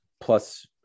plus